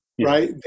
right